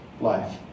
life